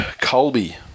Colby